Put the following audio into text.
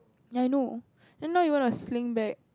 ya I know then now you want a sling bag